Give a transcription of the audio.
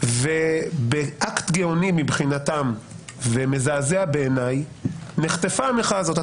ובאקט גאוני מבחינתם ומזעזע בעיניי נחטפה המחאה הזאת.